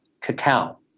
cacao